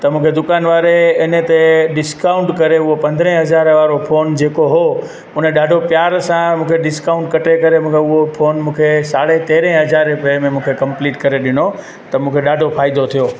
त मूंखे दुकान वारे हिन ते डिस्काउंट करे उहो पंद्रहें हज़ारे वारो फोन जेको हुओ हुन ॾाढो प्यार सां मूंखे डिस्काउंट कटे करे मूंखे उहो फोन मूंखे साढे तेरहें हज़ारे रुपए में मूंखे कंप्लीट करे ॾिनो त मूंखे ॾाढो फ़ाइदो थियो